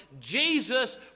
Jesus